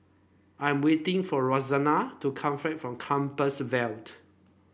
I'm waiting for Rosanne to come fan from Compassvale